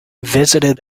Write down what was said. visited